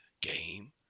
game